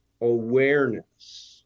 awareness